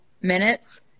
minutes